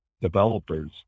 developers